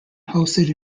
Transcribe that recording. hosted